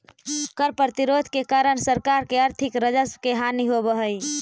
कर प्रतिरोध के कारण सरकार के आर्थिक राजस्व के हानि होवऽ हई